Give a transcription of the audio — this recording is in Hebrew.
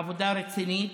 עבודה רצינית.